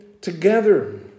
together